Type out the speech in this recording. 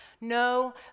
No